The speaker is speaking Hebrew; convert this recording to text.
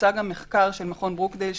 בוצע גם מחקר של מכון ברוקדייל,